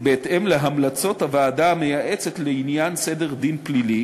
בהתאם להמלצות הוועדה המייעצת לעניין סדר דין פלילי